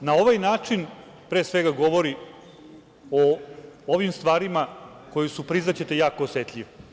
na ovaj način pre svega govore o ovim stvarima koje su, priznaćete, jako osetljive.